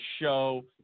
show